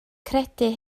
credu